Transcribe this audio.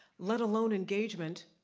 let alone engagement,